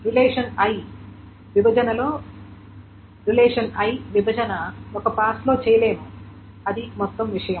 relation i విభజన ఒక pass లో చేయలేము అది మొత్తం విషయం